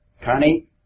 Connie